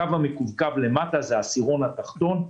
הקו המקווקו למטה זה העשירון התחתון.